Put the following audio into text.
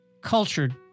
cultured